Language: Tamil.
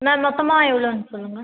மேம் மொத்தமாக எவ்வளோனு சொல்லுங்கள்